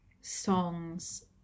songs